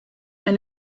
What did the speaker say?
and